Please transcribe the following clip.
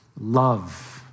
love